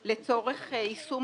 אני רוצה שזה יישאר רשום